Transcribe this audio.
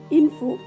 info